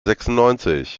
sechsundneunzig